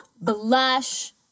blush